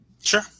Sure